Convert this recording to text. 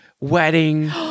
wedding